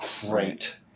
great